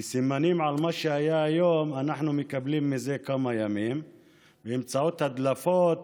כי סימנים למה שהיה היום אנחנו מקבלים זה כמה ימים באמצעות הדלפות